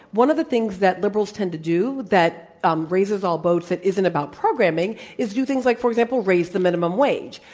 one of the things that liberals tend to do that um raises all boats that isn't about programming is do things like, for example, raise the minimum wage.